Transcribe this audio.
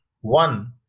One